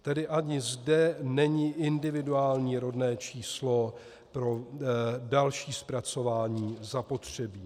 Tedy ani zde není individuální rodné číslo pro další zpracování zapotřebí.